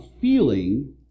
feeling